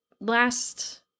last